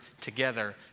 together